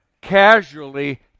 casually